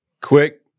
quick